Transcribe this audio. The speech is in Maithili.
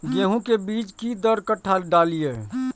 गेंहू के बीज कि दर कट्ठा डालिए?